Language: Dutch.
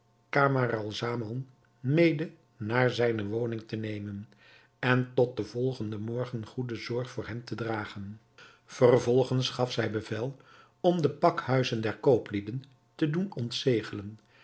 camaralzaman mede naar zijne woning te nemen en tot den volgenden morgen goede zorg voor hem te dragen vervolgens gaf zij bevel om de pakhuizen der kooplieden te doen